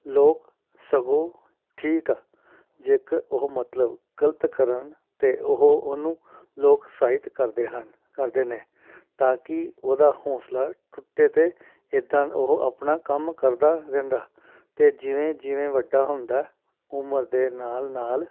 ਲੋਕ ਸਗੋਂ ਠੀਕ ਆ ਜੇਕਰ ਉਹ ਮਤਲਬ ਗਲਤ ਕਰਨ ਤਾਂ ਉਹ ਉਹਨੂੰ ਲੋਕ ਸਾਹਿਤ ਕਰਦੇ ਹਨ ਕਰਦੇ ਨੇ ਤਾਂ ਕਿ ਉਹਦਾ ਹੌਂਸਲਾ ਟੁੱਟੇ ਅਤੇ ਇੱਦਾਂ ਉਹ ਆਪਣਾ ਕੰਮ ਕਰਦਾ ਰਹਿੰਦਾ ਅਤੇ ਜਿਵੇਂ ਜਿਵੇਂ ਵੱਡਾ ਹੁੰਦਾ ਉਮਰ ਦੇ ਨਾਲ ਨਾਲ